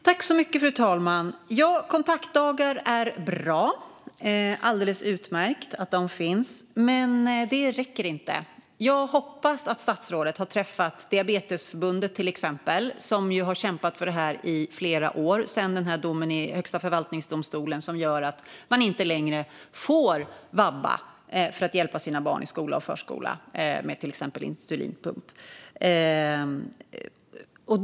Fru talman! Kontaktdagar är bra. Det är alldeles utmärkt att de finns. Men det räcker inte. Jag hoppas att statsrådet har träffat till exempel Diabetesförbundet. De har kämpat för det här i flera år, sedan domen i Högsta förvaltningsdomstolen som gör att man inte längre får vabba för att hjälpa sina barn i skola och förskola med till exempel insulinpump.